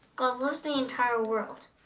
god loves the entire world,